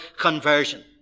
conversion